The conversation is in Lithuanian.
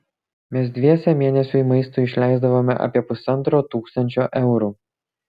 mes dviese mėnesiui maistui išleisdavome apie pusantro tūkstančio eurų